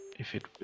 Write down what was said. if it.